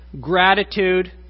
gratitude